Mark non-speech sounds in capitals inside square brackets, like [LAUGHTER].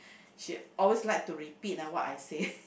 she always like to repeat ah what I say [LAUGHS]